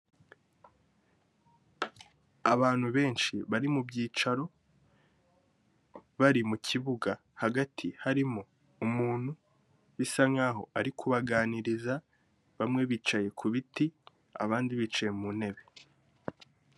Abantu benshi bari mubyicaro bari mukibuga, hagati harimo umuntu bisa nkaho ari kubaganiriza, bamwe bicaye ku biti, abandi bicaye mu ntebe.